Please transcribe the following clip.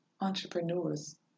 entrepreneurs